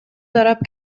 тарап